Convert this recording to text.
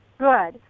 Good